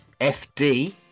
FD